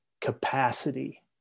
capacity